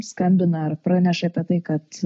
skambina ar praneša apie tai kad